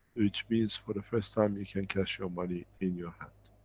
which means for the first time you can cash your money in your hand.